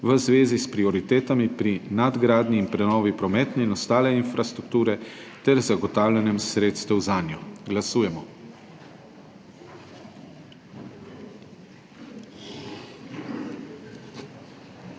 v zvezi s prioritetami pri nadgradnji in prenovi prometne in ostale infrastrukture ter zagotavljanjem sredstev zanjo. Glasujemo.